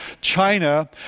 China